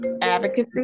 advocacy